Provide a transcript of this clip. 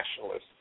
nationalists